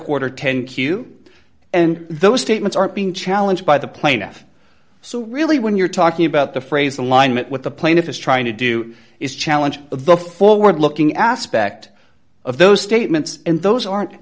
quarter ten q and those statements aren't being challenged by the plaintiff so really when you're talking about the phrase alignment with the plaintiff is trying to do is challenge the forward looking aspect of those statements and those aren't